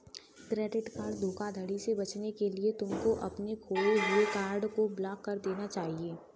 credit card धोखाधड़ी से बचने के लिए तुमको अपने खोए हुए कार्ड को ब्लॉक करा देना चाहिए